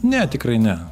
ne tikrai ne